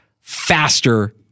faster